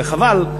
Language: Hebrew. וחבל,